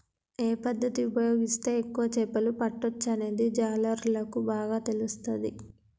ఏ పద్దతి ఉపయోగిస్తే ఎక్కువ చేపలు పట్టొచ్చనేది జాలర్లకు బాగా తెలుస్తది